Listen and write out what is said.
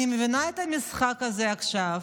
אני מבינה את המשחק הזה עכשיו,